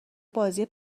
بازی